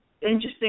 interesting